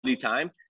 time